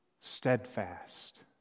steadfast